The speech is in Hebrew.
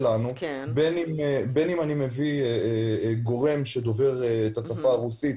בין אם אני מביא גורם דובר רוסית,